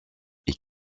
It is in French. est